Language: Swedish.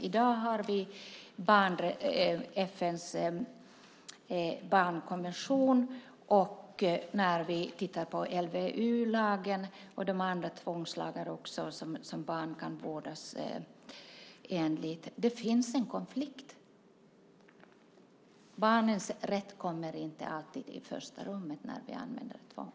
I dag har vi FN:s barnkonvention, och när vi tittar på LVU och de andra tvångslagarna enligt vilka barn kan vårdas finns det en konflikt. Barnens rätt kommer inte alltid i första rummet när man använder tvång.